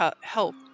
help